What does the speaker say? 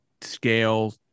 scale